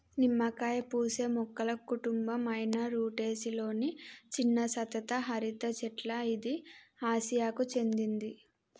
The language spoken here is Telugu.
నిమ్మకాయ పూసే మొక్కల కుటుంబం అయిన రుటెసి లొని చిన్న సతత హరిత చెట్ల ఇది ఆసియాకు చెందింది